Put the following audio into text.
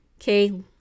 Okay